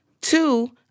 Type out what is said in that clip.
Two